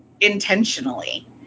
intentionally